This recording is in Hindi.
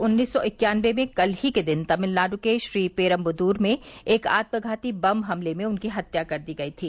उन्नीस सौ इकयान्वे में कल ही के दिन तमिलनाडु के श्रीपेरुम्बदूर में एक आत्मघाती बम हमले में उनकी हत्या कर दी गई थी